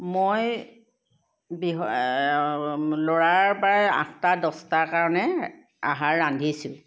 মই বিহ ল'ৰাৰ প্ৰায় আঠটা দচটাৰ কাৰণে আহাৰ ৰান্ধিছোঁ